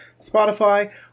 Spotify